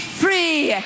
free